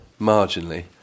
Marginally